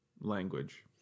language